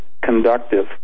Conductive